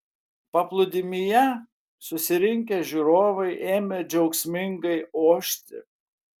paplūdimyje susirinkę žiūrovai ėmė džiaugsmingai ošti